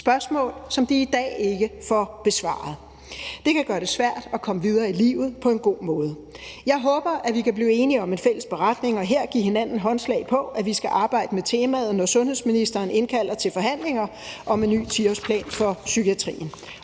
spørgsmål, som de i dag ikke får besvaret. Det kan gøre det svært at komme videre i livet på en god måde. Jeg håber, at vi kan blive enige om en fælles beretning og her give hinanden håndslag på, at vi skal arbejde med temaet, når sundhedsministeren indkalder til forhandlinger om en ny 10-årsplan for psykiatrien,